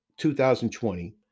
2020